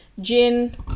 gin